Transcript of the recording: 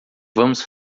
vamos